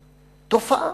תופעה.